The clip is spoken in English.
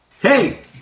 Hey